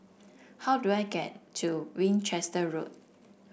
how do I get to Winchester Road